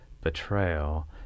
betrayal